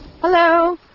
hello